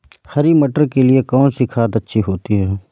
हरी मटर के लिए कौन सी खाद अच्छी होती है?